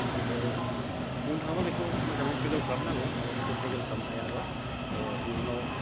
ओमफ्राय बुंनो थाङोबा बेखौ मोजाङै टेकेल खालामनांगौ नङाबा बेखौ टेकेल खालामनो हायाबा इयुनाव